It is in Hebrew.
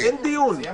אין דיון.